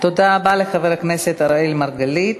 תודה רבה לחבר הכנסת אראל מרגלית.